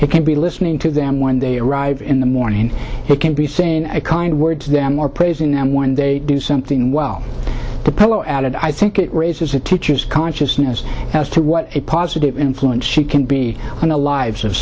he can be listening to them when they arrive in the morning he can be saying a kind word to them or praising them when they do something well the poll added i think it raises the teacher's consciousness as to what a positive influence she can be in the lives of